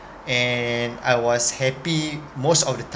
and I was happy most of the